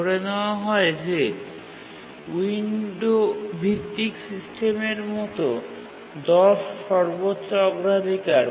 ধরে নেওয়া হয় যে উইন্ডো ভিত্তিক সিস্টেমের মতো ১০ সর্বোচ্চ অগ্রাধিকার